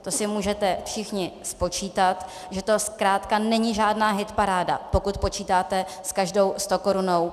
To si můžete všichni spočítat, že to zkrátka není žádná hitparáda, pokud počítáte s každou stokorunou.